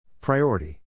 Priority